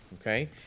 Okay